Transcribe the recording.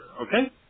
Okay